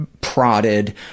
prodded